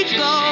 go